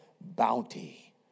bounty